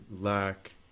lack